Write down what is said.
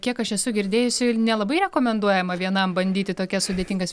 kiek aš esu girdėjusi nelabai rekomenduojama vienam bandyti tokias sudėtingas